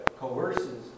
coerces